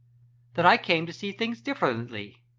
that i came to see things differently.